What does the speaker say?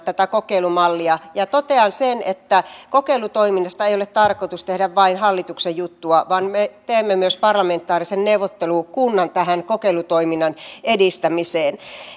tätä kokeilumallia totean sen että kokeilutoiminnasta ei ole tarkoitus tehdä vain hallituksen juttua vaan me teemme myös parlamentaarisen neuvottelukunnan tähän kokeilutoiminnan edistämiseen